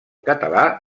català